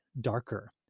darker